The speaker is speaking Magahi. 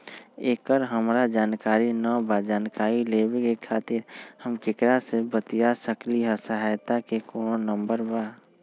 एकर हमरा जानकारी न बा जानकारी लेवे के खातिर हम केकरा से बातिया सकली ह सहायता के कोनो नंबर बा?